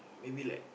maybe like